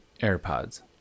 AirPods